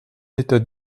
état